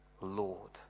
Lord